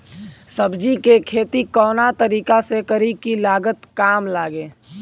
सब्जी के खेती कवना तरीका से करी की लागत काम लगे?